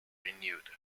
renewed